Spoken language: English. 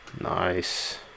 Nice